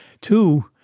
Two